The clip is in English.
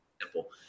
Simple